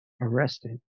arrested